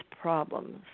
problems